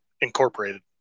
Incorporated